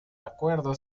acuerdo